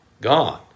gone